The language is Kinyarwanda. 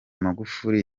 magufuri